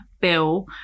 Bill